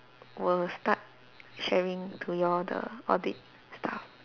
will start sharing to you all the audit stuff